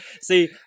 see